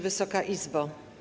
Wysoka Izbo!